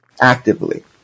actively